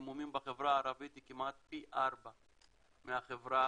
מומים בחברה הערבית היא כמעט פי ארבעה מהחברה